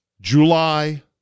July